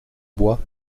bois